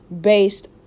based